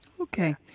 Okay